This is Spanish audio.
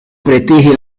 prestigio